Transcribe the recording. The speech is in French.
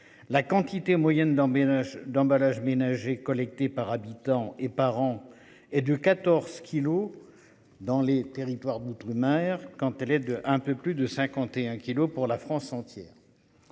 la quantité moyenne d'emménager d'emballages ménagers collectés par habitant et par an, et du 14 kilos. Dans les territoires d'outre-mer quand elle est de un peu plus de 51 kilos pour la France entière.